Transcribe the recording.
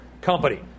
company